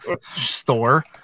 store